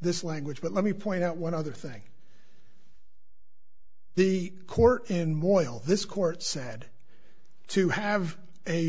this language but let me point out one other thing the court in more oil this court said to have a